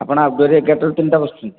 ଆପଣ ଆଉଟଡୋରରେ ଏଗାରଟା ରୁ ତିନିଟା ବସୁଛନ୍ତି